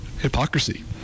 Hypocrisy